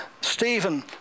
Stephen